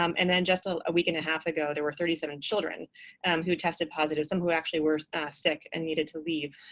um and then just ah a week and a half ago, there were thirty seven children and who tested positive, some who actually were sick and needed to leave,